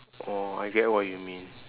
oh I get what you mean